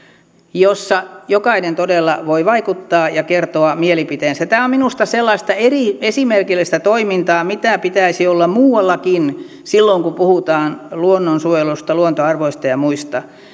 joissa jokainen todella voi vaikuttaa ja kertoa mielipiteensä tämä on minusta sellaista esimerkillistä toimintaa mitä pitäisi olla muuallakin silloin kun puhutaan luonnonsuojelusta luontoarvoista ja muista